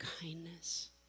kindness